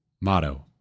motto